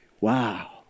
wow